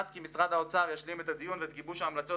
משרד האוצר ישלים את הדיון ואת גיבוש ההמלצות